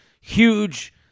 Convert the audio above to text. huge